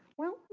well,